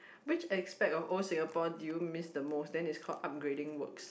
which aspect of old Singapore do you miss the most then it's called upgrading works